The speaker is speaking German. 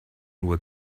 nur